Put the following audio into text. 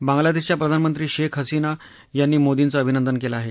बांग्लादेशच्या प्रधानमंत्री शेख हसीना यांनी मोदींचं अभिनंदन केलं आहे